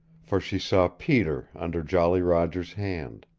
for she saw peter under jolly roger's hand.